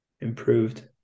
improved